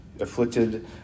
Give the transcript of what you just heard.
afflicted